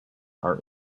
are